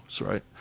right